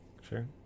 sure